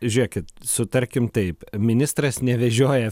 žiūrėkit sutarkime taip ministras nevežioja